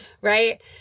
Right